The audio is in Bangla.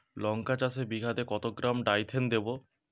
লঙ্কা চাষে বিঘাতে কত গ্রাম ডাইথেন দেবো?